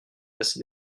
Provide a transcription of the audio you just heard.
assez